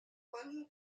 connu